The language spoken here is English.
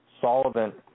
solvent